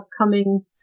upcoming